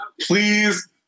please